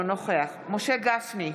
אינו נוכח משה גפני,